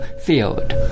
field